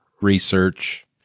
research